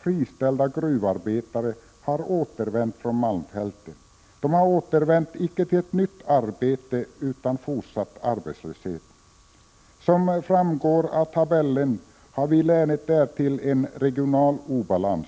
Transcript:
friställda gruvarbetare har återvänt från malmfälten, icke till ett nytt arbete utan till fortsatt arbetslöshet. Som framgår av tabellen har vi i länet därtill en regional obalans.